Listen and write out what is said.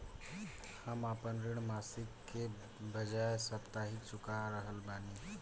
हम आपन ऋण मासिक के बजाय साप्ताहिक चुका रहल बानी